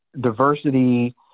diversity